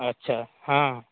अच्छा हँ